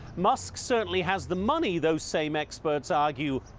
musk certainly has the money, those same experts argue,